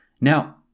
Now